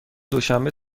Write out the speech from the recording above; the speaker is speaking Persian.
دوشنبه